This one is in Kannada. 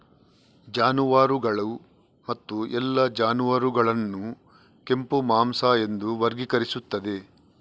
ಜಾನುವಾರುಗಳು ಮತ್ತು ಎಲ್ಲಾ ಜಾನುವಾರುಗಳನ್ನು ಕೆಂಪು ಮಾಂಸ ಎಂದು ವರ್ಗೀಕರಿಸುತ್ತದೆ